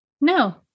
No